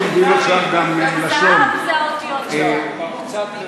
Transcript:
זה"ב, זה אותיות